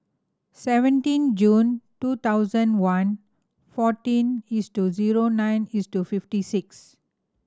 seventeen June two thousand one fourteen east to zero nine east to fifty six